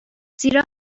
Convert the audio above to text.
زیرا